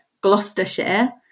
Gloucestershire